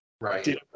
Right